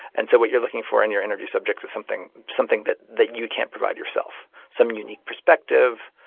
and so what you're looking for in your interview subjects is something something that that you can't provide yourself. some unique perspective.